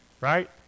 right